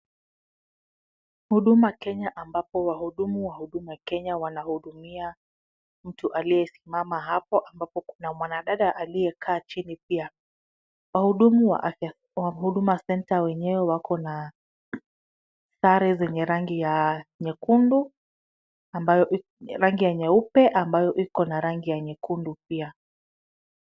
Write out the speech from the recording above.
Huduma Kenya ambapo wahudumu wa huduma Kenya wanahudumia mtu aliyesimama hapo, ambapo kuna mwanadada aliyekaa chini pia .Wahudumu wa Huduma Centre wenyewe wako na sare za rangi nyeupe ambayo Iko na rangi ya nyekundu pia.